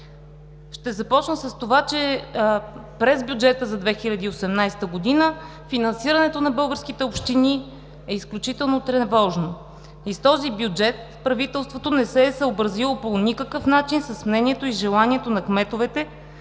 Ще започна с това, че през бюджета за 2018 г. финансирането на българските общини е изключително тревожно. С този бюджет правителството не се е съобразило по никакъв начин с мнението и желанието на кметовете,